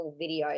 videos